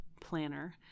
planner